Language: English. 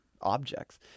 objects